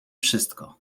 wszystko